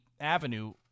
avenue